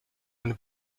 eine